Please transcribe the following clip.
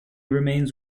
remains